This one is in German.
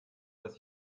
dass